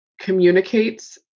Communicates